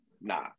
Nah